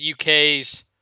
UK's